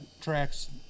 tracks